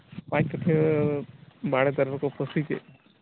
ᱯᱟᱸᱪᱠᱟᱹᱴᱷᱭᱟᱹ ᱵᱟᱲᱮ ᱫᱟᱨᱮ ᱨᱮᱠᱚ ᱯᱟᱹᱥᱤ ᱠᱮᱫ ᱠᱤᱱᱟᱹ